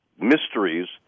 mysteries